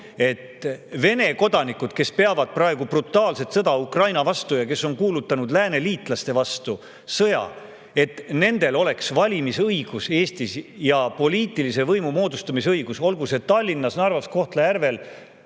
et Vene kodanikel, kes peavad praegu brutaalset sõda Ukraina vastu ja kes on kuulutanud lääneliitlaste vastu sõja, oleks Eestis valimisõigus ja poliitilise võimu moodustamise õigus, olgu see Tallinnas, Narvas, Kohtla-Järvel,